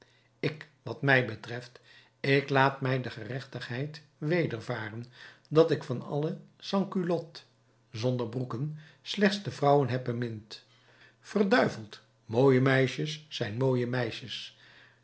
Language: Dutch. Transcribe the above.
ik wat mij betreft ik laat mij de gerechtigheid wedervaren dat ik van alle sansculottes zonderbroeken slechts de vrouwen heb bemind verduiveld mooie meisjes zijn mooie meisjes